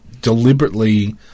deliberately